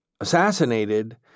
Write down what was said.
assassinated